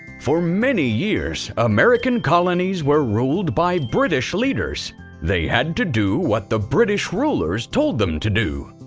for many years, american colonies were ruled by british leaders they had to do what the british rulers told them to do.